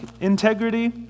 integrity